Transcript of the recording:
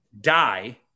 die